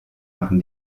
machen